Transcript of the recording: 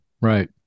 right